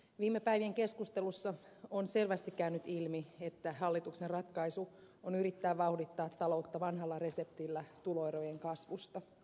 viime päivien keskusteluissa on selvästi käynyt ilmi että hallituksen ratkaisu on yrittää vauhdittaa taloutta vanhalla reseptillä tuloerojen kasvusta